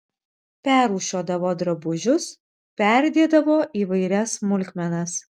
perrūšiuodavo drabužius perdėdavo įvairias smulkmenas